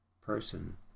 person